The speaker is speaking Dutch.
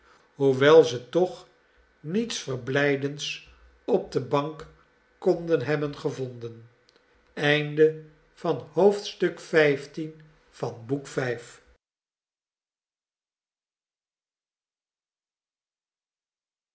hoewel ze toch niets verblijdends op de bank konden hebben gevonden